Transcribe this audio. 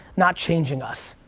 not changing us.